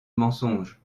mensonges